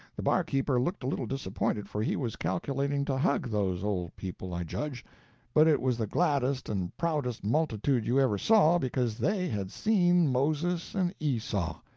the barkeeper looked a little disappointed, for he was calculating to hug those old people, i judge but it was the gladdest and proudest multitude you ever saw because they had seen moses and esau.